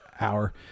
hour